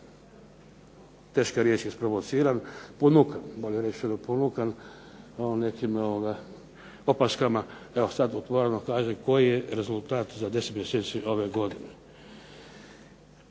teška riječ je isprovociran, ponukan bolje rečeno nekim opaskama evo sad otvoreno kažem koji je rezultat za 10 mjeseci ove godine.